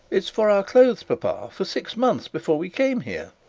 it's for our clothes, papa, for six months before we came here.